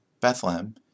Bethlehem